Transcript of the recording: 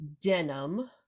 denim